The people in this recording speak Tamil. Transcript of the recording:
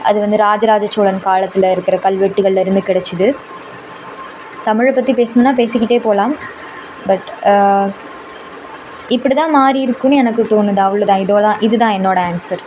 அது வந்து ராஜ ராஜ சோழன் காலத்தில் இருக்கிற கல்வெட்டுகளில் இருந்து கிடைச்சிது தமிழை பற்றி பேசணும்னா பேசிக்கிட்டே போகலாம் பட் இப்படிதான் மாறி இருக்கும்ன்னு எனக்கு தோணுது அவ்வளோதான் இதுதான் இதுதான் என்னோடய ஆன்ஸர்